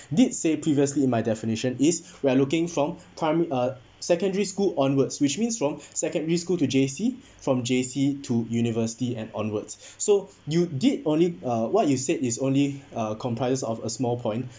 did say previously in my definition is we're looking from prim~ uh secondary school onwards which means from secondary school to J_C from J_C to university and onwards so you did only uh what you said is only uh comprises of a small point